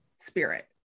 spirit